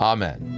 Amen